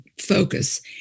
focus